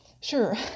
sure